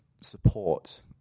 support